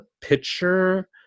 picture